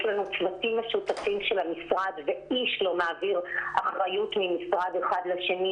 יש לנו צוותים משותפים של המשרד ואיש לא מעביר אחריות ממשרד אחד לשני.